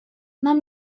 нам